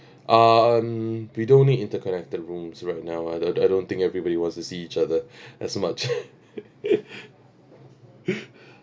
um we don't need interconnected rooms right now I don't I don't think everybody wants to see each other as much